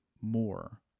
more